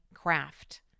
craft